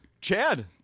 Chad